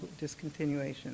discontinuation